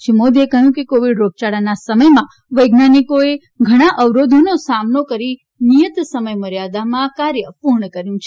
શ્રી મોદીએ કહ્યું કે કોવિડ રોગયાળાના સમયમાં વૈજ્ઞાનિકોએ ઘણા અવરોધોનો સામનો કરી નિયત સમય મર્યાદામાં કાર્ય પૂર્ણ કર્યુ છે